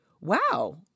wow